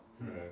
Right